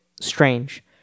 strange